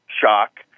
shock